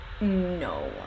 no